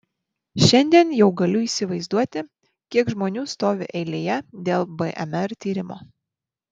šiandien jau galiu įsivaizduoti kiek žmonių stovi eilėje dėl bmr tyrimo